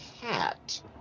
cat